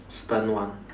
stern one